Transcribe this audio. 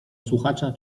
słuchacza